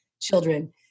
children